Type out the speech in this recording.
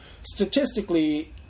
statistically